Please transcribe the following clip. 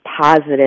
positive